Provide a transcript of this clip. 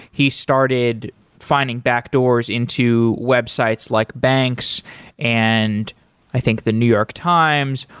he started finding backdoors into websites like banks and i think the new york times,